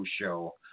show